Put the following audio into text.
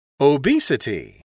Obesity